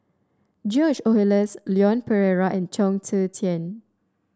George Oehlers Leon Perera and Chong Tze Chien